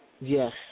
Yes